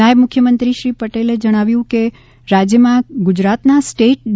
નાયબ મુખ્યમંત્રીશ્રી પટેલે ઉમેર્યુ કે રાજયમાં ગુજરાતના સ્ટેટ ડી